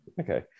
Okay